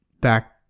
back